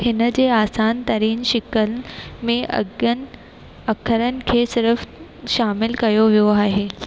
हिनजे आसान तरीन शिकनि में अगनि अख़रनि खे सिर्फ़ शामिलु कयो वियो आहे